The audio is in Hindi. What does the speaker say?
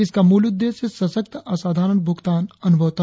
इसका मूल उद्देश्य सशक्त असाधारण भुगतान अनुभव था